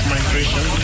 Migration